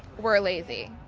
we're lazy.